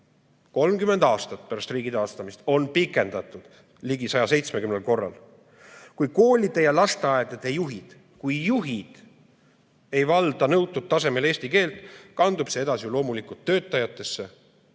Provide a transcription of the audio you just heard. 30 aastat pärast riigi taastamist on pikendatud! – ligi 170 korral. Kui koolide ja lasteaedade juhid ei valda nõutud tasemel eesti keelt, kandub see edasi loomulikult töötajatesse,